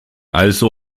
also